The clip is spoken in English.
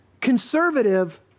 conservative